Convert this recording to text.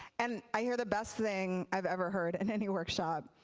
and i hear the best thing i've ever heard in any workshop.